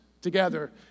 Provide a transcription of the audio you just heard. together